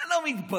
אתה לא מתבייש?